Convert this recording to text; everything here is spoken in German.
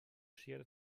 schere